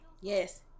yes